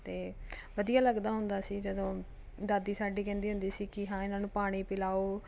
ਅਤੇ ਵਧੀਆ ਲੱਗਦਾ ਹੁੰਦਾ ਸੀ ਜਦੋਂ ਦਾਦੀ ਸਾਡੀ ਕਹਿੰਦੀ ਹੁੰਦੀ ਸੀ ਕਿ ਹਾਂ ਇਨ੍ਹਾਂ ਨੂੰ ਪਾਣੀ ਪਿਲਾਓ